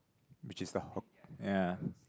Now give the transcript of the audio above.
which is the ya